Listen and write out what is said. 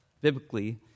biblically